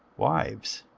wives,